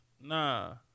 Nah